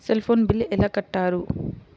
Cell phone bill ఎలా కట్టారు?